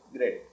Great